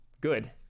good